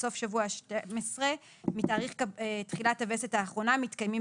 סוף השבוע ה-12 מתאריך תחילת הווסת האחרונה מתקיימים